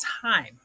time